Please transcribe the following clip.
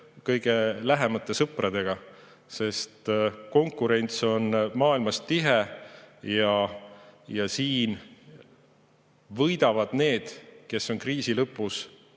kõige lähemate sõpradega. Konkurents on maailmas tihe ja siin võidavad need, kes on kriisi lõpus